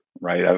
right